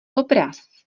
obraz